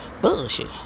bullshit